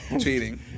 cheating